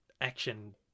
Action